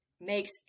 makes